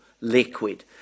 liquid